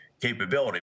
capability